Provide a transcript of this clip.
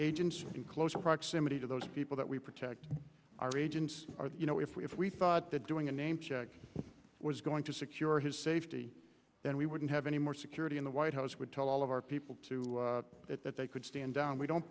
agents in close proximity to those people that we protect our agents are you know if we if we thought that doing a name was going to secure his safety then we wouldn't have any more security in the white house would tell all of our people to that that they could stand down we don't